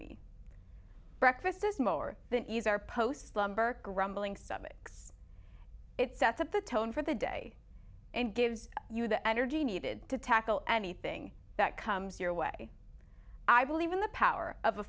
me breakfast this more than ease our posts slumber grumbling stomach it sets up the tone for the day and gives you the energy needed to tackle anything that comes your way i believe in the power of a